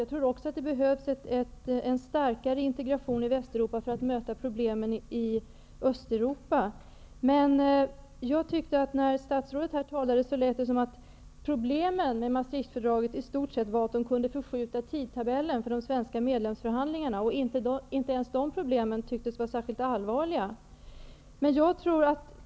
Jag tror också att det behövs en starkare integration i Västeuropa för att möta problemen i Östeuropa. När statsrådet talade lät det som att problemet med Maastrichtfördraget i stort sett var att tidtabellen för de svenska medlemskapsförhandlingarna kunde förskjutas, och inte ens det problemet tycktes vara särskilt allvarligt.